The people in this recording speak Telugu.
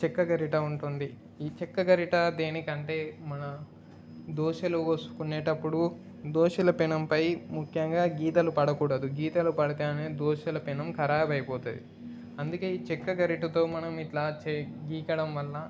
చెక్క గరిటె ఉంటుంది ఈ చెక్క గరిటె దేనికంటే మనం దోశలు పోసుకునేటప్పుడు దోశల పెనంపై ముఖ్యంగా గీతలు పడకూడదు గీతలు పడితేనే దోశల పెనం ఖరాబు అయిపోతుంది అందుకే ఈ చెక్క గరిటెతో మనం ఇలా చె గీకడం వల్ల